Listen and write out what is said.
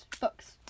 books